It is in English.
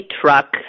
truck